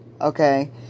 okay